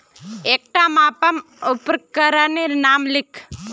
एकटा मापन उपकरनेर नाम लिख?